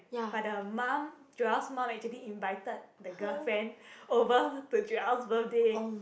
but the mum Joel's mum actually invited the girlfriend over to Joel's birthday